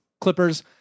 Clippers